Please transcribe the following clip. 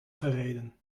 gereden